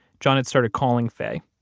john had started calling faye,